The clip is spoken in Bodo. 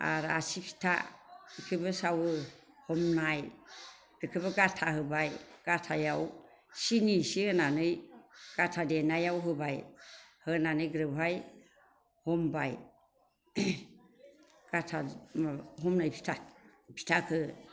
आरो आसि फिथा बेखौबो सावो हमनाय बेखौबो गाथा होबाय गाथायाव सिनि इसे होनानै गाथा देनायाव होबाय होनानै ग्रोबहै हमबाय गाथा माबा हमनाय फिथाख